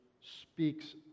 speaks